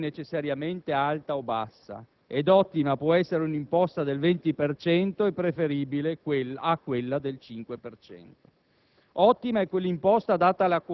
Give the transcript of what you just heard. «L'ottima imposta non è necessariamente alta o bassa; ed ottima può essere un'imposta del 20 per cento e preferibile a quella del 5